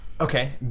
Okay